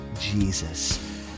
Jesus